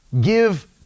give